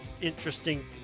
Interesting